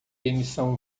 emissão